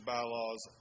Bylaws